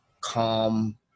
calm